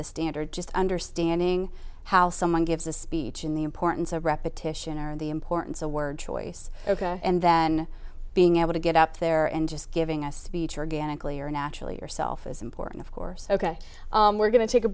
the standard just understanding how someone gives a speech in the importance of repetition or the importance of word choice and then being able to get up there and just giving a speech organically or naturally yourself is important of course ok we're going to take a